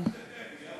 למה